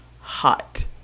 hot